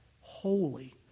holy